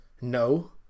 No